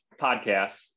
podcasts